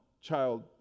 child